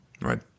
Right